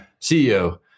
CEO